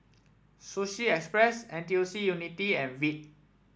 Sushi Express N T U C Unity and Veet